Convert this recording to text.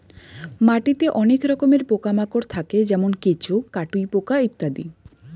মাটিতে অনেক রকমের পোকা মাকড় থাকে যেমন কেঁচো, কাটুই পোকা ইত্যাদি